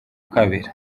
kabiri